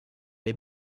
les